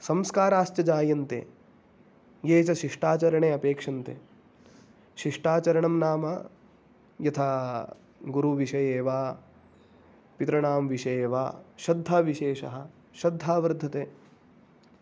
संस्काराश्च जायन्ते ये च शिष्टाचरणे अपेक्ष्यन्ते शिष्टाचरणं नाम यथा गुरुविषये वा पितृणां विषये वा श्रद्धाविशेषः श्रद्धा वर्धते